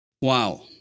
Wow